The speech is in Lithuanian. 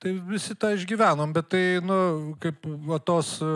tai visi tą išgyvenom bet tai nu kaip va tos